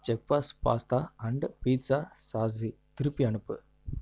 chef's pasta and pizza சாஸி திருப்பி அனுப்பு